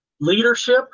leadership